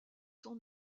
son